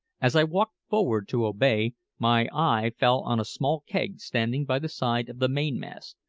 as i walked forward to obey, my eye fell on a small keg standing by the side of the mainmast,